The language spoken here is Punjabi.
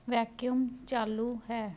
ਵੈਕਿਊਮ ਚਾਲੂ ਹੈ